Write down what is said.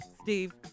Steve